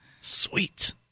Sweet